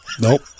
Nope